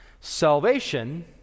Salvation